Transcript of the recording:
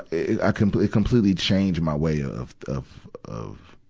it completely completely changed my way of, of, of,